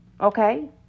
Okay